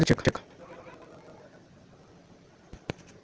मोर हिसाबौत मगरमच्छेर खेती करना बहुत निंदनीय कार्य छेक